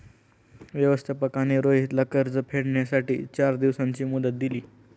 व्यवस्थापकाने रोहितला कर्ज फेडण्यासाठी चार दिवसांची मुदत दिली